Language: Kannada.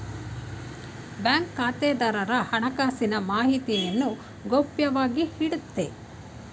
ಬ್ಯಾಂಕ್ ಖಾತೆದಾರರ ಹಣಕಾಸಿನ ಮಾಹಿತಿಯನ್ನು ಗೌಪ್ಯವಾಗಿ ಇಡುತ್ತೆ